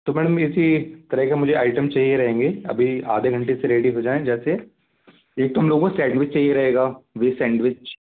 तो मैडम ऐसे तरह का मुझे आइटम चाहिए रहेंगे अभी आधे घंटे से रेडी हो जाएं जैसे एक तो हम लोगों को सैंडविच चाहिए रहेगा वेज सैंडविच